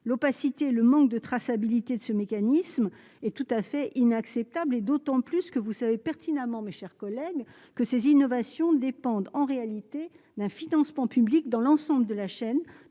l'opacité et le manque de traçabilité de ce mécanisme est tout à fait inacceptable et d'autant plus que vous savez pertinemment, mes chers collègues, que ces innovations dépendent en réalité d'un financement public dans l'ensemble de la chaîne